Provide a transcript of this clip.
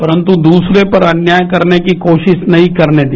परंतु द्रसरे पर अन्याय करने की कोशिश नहीं करने दिया